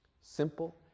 Simple